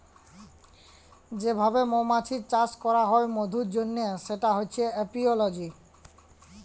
যে ভাবে মমাছির চাষ ক্যরা হ্যয় মধুর জনহ সেটা হচ্যে এপিওলজি